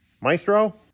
Maestro